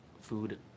Food